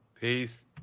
Peace